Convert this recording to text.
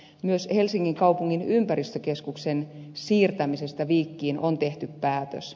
myös helsingin kaupungin ympäristökeskuksen siirtämisestä viikkiin on tehty päätös